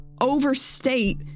overstate